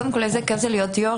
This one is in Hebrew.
איזה כיף זה להיות יושב ראש.